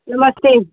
नमस्ते